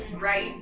Right